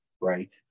right